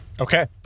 Okay